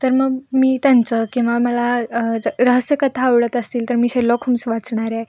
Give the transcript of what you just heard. तर मग मी त्यांचं किंवा मला र रहस्यकथा आवडत असतील तर मी शेरलॉक होल्म्स वाचणार आहे